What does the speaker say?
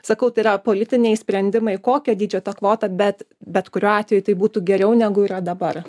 sakau tai yra politiniai sprendimai kokio dydžio ta kvota bet bet kuriuo atveju tai būtų geriau negu yra dabar